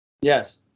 Yes